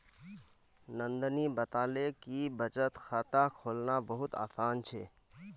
नंदनी बताले कि बचत खाता खोलना बहुत आसान छे